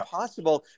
possible